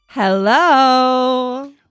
Hello